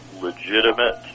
legitimate